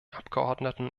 abgeordneten